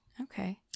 okay